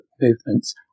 movements